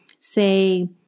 say